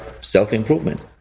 self-improvement